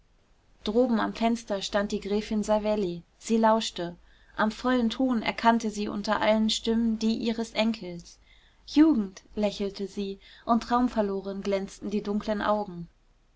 droben am fenster stand die gräfin savelli sie lauschte am vollen ton erkannte sie unter allen stimmen die ihres enkels jugend lächelte sie und traumverloren glänzten die dunklen augen